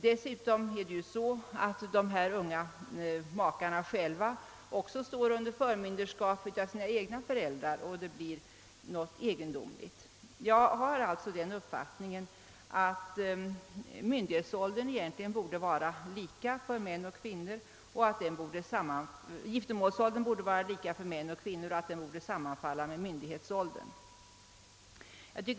Dessutom står de unga makarna ju själva under förmynderskap av sina föräldrar. Jag anser att giftermålsåldern egentligen borde vara lika för män och kvinnor och att den borde sammanfalla med myndighetsåldern.